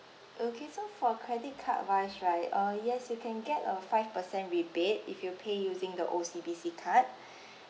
okay so for credit card wise right uh yes you can get a five percent rebate if you pay using the O_C_B_C card